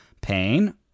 Pain